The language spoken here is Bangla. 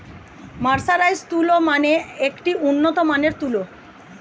মার্সারাইজড তুলো মানে একটি উন্নত মানের তুলো